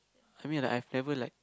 I mean like I've never like